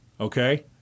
Okay